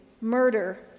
murder